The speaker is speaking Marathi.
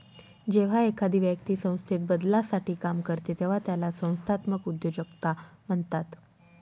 जेव्हा एखादी व्यक्ती संस्थेत बदलासाठी काम करते तेव्हा त्याला संस्थात्मक उद्योजकता म्हणतात